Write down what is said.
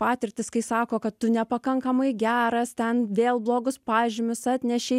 patirtis kai sako kad tu nepakankamai geras ten vėl blogus pažymius atnešei